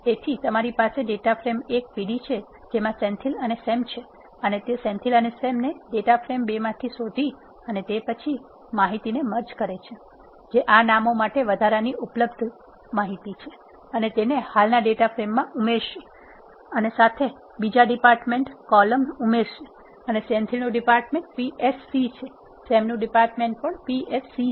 તેથી તમારી પાસે ડેટા ફ્રેમ 1 pd છે જેમાં સેન્થિલ અને સેમ છે અને તે સેન્થિલ અને સેમ ને ડેટા ફ્રેમ 2 માં શોધી અને તે પછી માહિતીને મર્જ કરે છે જે આ નામો માટે વધારાની ઉપલબ્ધ છે અને તેને હાલના ડેટા ફ્રેમમાં ઉમેરશે અને સાથે બીજી ડિપાર્ટમેન્ટ કોલમ ઉમેરશે અને સેન્થીલ નુ ડિપાર્ટમેન્ટ PSC છે સેમ નું ડિપાર્ટમેન્ટ પણ PSC છે